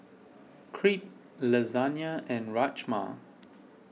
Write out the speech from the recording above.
Crepe Lasagna and Rajma